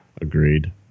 Agreed